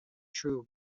true